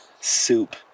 soup